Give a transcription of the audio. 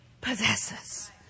possesses